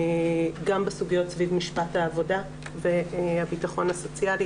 גם בסוגיות סביב משפט העבודה והביטחון הסוציאלי,